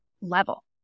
level